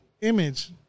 image